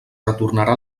retornarà